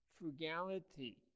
frugality